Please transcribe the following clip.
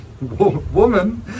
woman